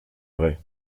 vrai